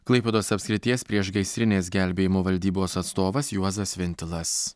klaipėdos apskrities priešgaisrinės gelbėjimo valdybos atstovas juozas vintilas